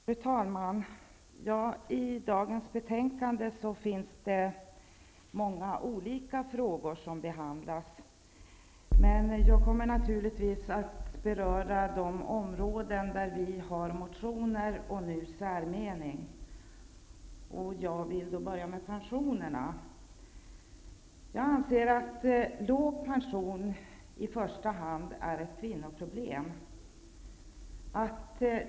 Fru talman! I dagens betänkande behandlas många olika frågor. Jag kommer naturligtvis att ta upp de områden som berör våra motioner och vår särmening. Jag börjar med pensionerna. Jag anser att låg pension i första hand är ett kvinnoproblem.